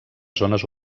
zones